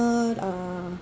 personal uh